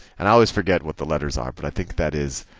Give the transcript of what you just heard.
and i always forget what the letters are, but i think that is